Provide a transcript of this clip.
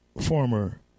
former